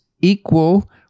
equal